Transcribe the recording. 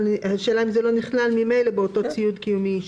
השאלה אם זה לא נכלל ממילא בציוד קיומי ואישי.